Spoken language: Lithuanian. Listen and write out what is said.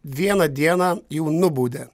vieną dieną jau nubaudė